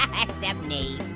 except me.